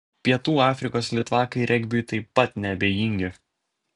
pietų afrikos litvakai regbiui taip pat neabejingi